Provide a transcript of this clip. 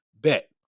Bet